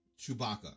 Chewbacca